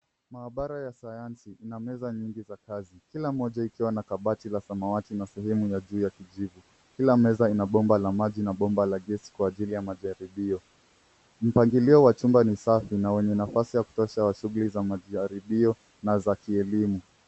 Maabara ya sayansi ina meza nyingi za kazi kila moja ikiwa na kabati ya samawati na sehemu ya juu ya kijivu. Kila meza ina bomba la maji na bomba la gesi kwa ajili ya majaribio. Mpangilio wa chumba ni safi na wenye nafasi ya kutosha wa shughuli za majaribio na za kielimu.